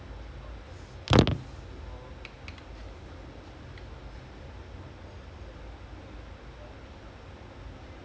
no it's like especially when they score like the fifth goal then they only have one more something like that